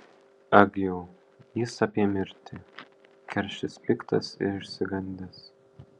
ag jau jis apie mirtį keršis piktas ir išsigandęs